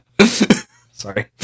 sorry